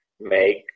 make